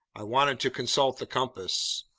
i wanted to consult the compass.